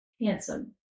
handsome